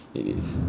it is